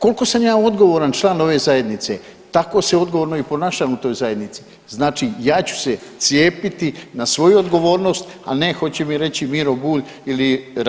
Kolko sam ja odgovoran član ove zajednice tako se odgovorno i ponašam u toj zajednici, znači ja ću se cijepiti na svoju odgovornost, a ne hoće mi reći Miro Bulj ili Raspudić.